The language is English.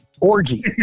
orgy